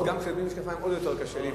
מכיוון שאני בלי משקפיים עוד יותר קשה לי.